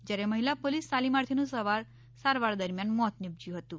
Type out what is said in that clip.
જયારે મહિલા પોલીસ તાલીમાર્થીનું સારવાર દરમ્યાન મૃત્યું નિપશ્યું હતું